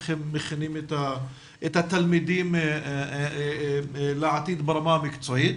איך הם מכינים את התלמידים לעתיד ברמה המקצועית.